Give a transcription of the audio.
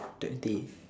twenty